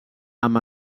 amb